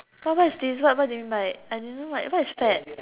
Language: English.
but why is this what what do you mean by I don't know what is fad